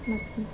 ಮತ್ತೆ